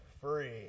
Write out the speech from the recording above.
free